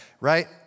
right